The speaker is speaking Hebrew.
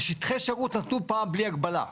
שטחי שירות נתנו פעם בלי הגבלה.